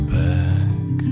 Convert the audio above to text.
back